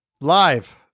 Live